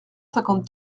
cinquante